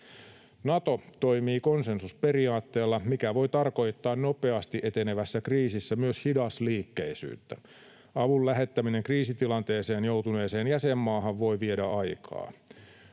Nato toimii konsensusperiaatteella, mikä voi tarkoittaa nopeasti etenevässä kriisissä myös hidasliikkeisyyttä. Avun lähettäminen kriisitilanteeseen joutuneeseen jäsenmaahan voi viedä aikaa.